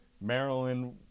Maryland